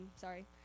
sorry